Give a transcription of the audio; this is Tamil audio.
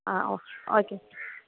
ah oh okay